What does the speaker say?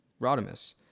Rodimus